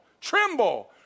tremble